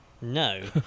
No